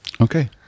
Okay